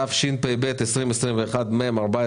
זה רגע